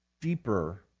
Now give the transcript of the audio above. Deeper